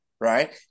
right